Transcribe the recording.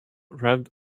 read